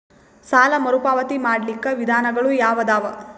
ಸಾಲ ಮರುಪಾವತಿ ಮಾಡ್ಲಿಕ್ಕ ವಿಧಾನಗಳು ಯಾವದವಾ?